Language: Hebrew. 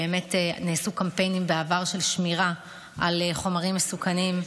בעבר נעשו קמפיינים של שמירה על חומרים מסוכנים.